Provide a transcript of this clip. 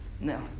No